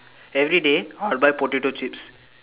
everyday I will buy potato chips